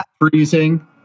Freezing